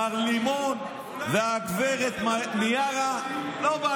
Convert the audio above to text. מר לימון והגב' מיארה, איך אתה מסביר את זה?